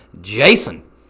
Jason